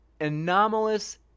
Anomalous